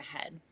ahead